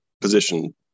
position